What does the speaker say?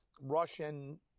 Russian